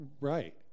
Right